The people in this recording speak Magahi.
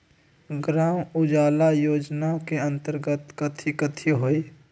ग्राम उजाला योजना के अंतर्गत कथी कथी होई?